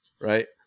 right